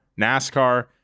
NASCAR